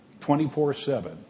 24-7